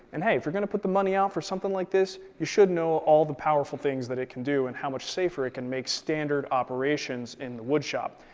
and hey, if you're going to put the money out for something like this, you should know all the powerful things that it can do and how much safer it can make standard operations in the woodshop.